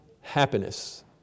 happiness